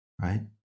right